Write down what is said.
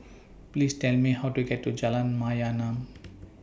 Please Tell Me How to get to Jalan Mayaanam